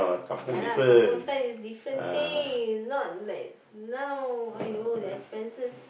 ya lah kampong times is different thing not like now !aiyo! the expenses